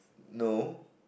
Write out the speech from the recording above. no